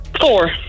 Four